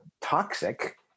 toxic